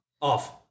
Off